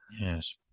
Yes